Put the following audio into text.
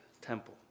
Temple